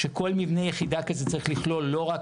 כשכל מבנה יחידה כזה צריך לכלול לא רק